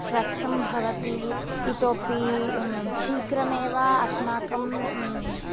स्वच्छं भवति इतोपि शीघ्रमेव अस्माकं